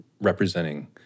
representing –